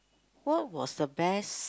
what was the best